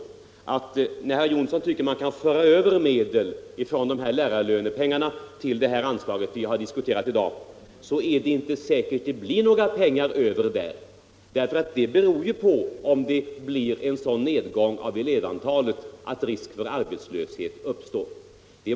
Jag vill bara säga, när herr Jonsson tycker att man kan föra över medel från lärarlönepengarna till det anslag som vi har diskuterat i dag, att det inte är säkert att det blir några pengar över. Det beror ju på om det blir en sådan nedgång av elevantalet att risk för arbetslöshet uppstår.